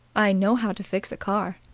i know how to fix a car.